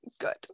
good